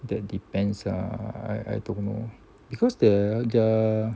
that depends ah I I don't know because the the